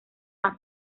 más